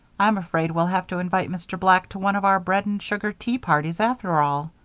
i'm afraid we'll have to invite mr. black to one of our bread-and-sugar tea-parties, after all.